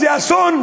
זה אסון,